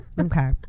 okay